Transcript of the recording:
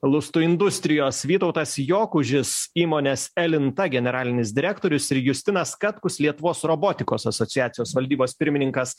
lustų industrijos vytautas jokužis įmonės elinta generalinis direktorius ir justinas katkus lietuvos robotikos asociacijos valdybos pirmininkas